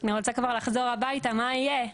אני רוצה כבר לחזור הביתה, מה יהיה?